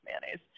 mayonnaise